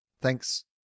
Thanks